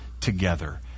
together